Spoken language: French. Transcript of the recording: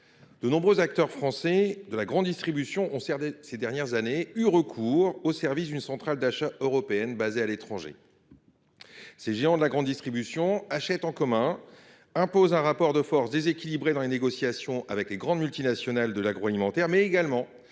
de nombreux acteurs français de la grande distribution ont eu recours, ces dernières années, aux services d’une centrale d’achat européenne basée à l’étranger. Ces géants de la grande distribution achètent en commun et imposent un rapport de force déséquilibré dans les négociations avec les grandes multinationales de l’agroalimentaire, mais également